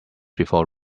before